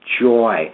joy